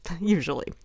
usually